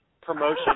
promotion